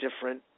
different